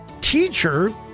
teacher